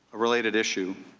a related issue.